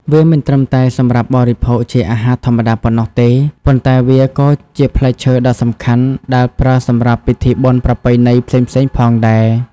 វាមិនត្រឹមតែសម្រាប់បរិភោគជាអាហារធម្មតាប៉ុណ្ណោះទេ ប៉ុន្តែវាក៏ជាផ្លែឈើដ៏សំខាន់ដែលប្រើសម្រាប់ពិធីបុណ្យប្រពៃណីផ្សេងៗផងដែរ។